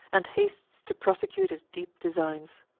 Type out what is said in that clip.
and hastes to prosecute his deep designs.